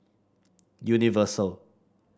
Universal